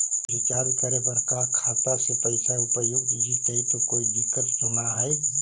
Recharge करे पर का खाता से पैसा उपयुक्त जितै तो कोई दिक्कत तो ना है?